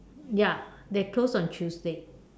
ya they close on Tuesday